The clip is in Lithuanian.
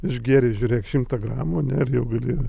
išgėrei žiūrėk šimtą gramų ane ir jau gali